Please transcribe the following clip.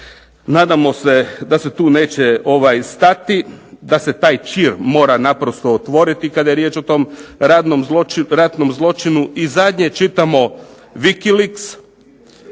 Nadamo se da se tu neće stati, da se taj čir mora naprosto otvoriti kada je riječ o tom ratnom zločinu. I zadnje čitamo Vikiliks,